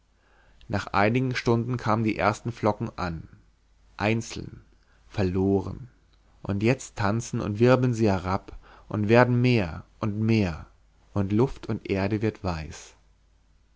nach einigen stunden kamen die ersten flocken an einzeln verloren und jetzt tanzen und wirbeln sie herab und werden mehr und mehr und luft und erde wird weiß